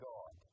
God